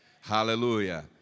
Hallelujah